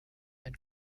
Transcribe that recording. and